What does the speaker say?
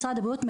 משרד הבריאות,